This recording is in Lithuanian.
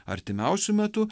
artimiausiu metu